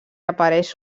apareix